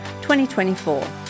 2024